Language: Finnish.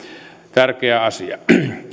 tärkeä asia